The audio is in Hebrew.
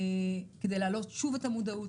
כדי להעלות שוב את המודעות,